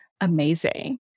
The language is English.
Amazing